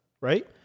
right